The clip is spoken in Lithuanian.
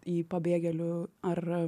į pabėgėlių ar